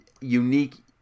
unique